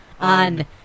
on